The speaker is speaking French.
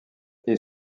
est